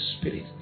spirit